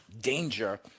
danger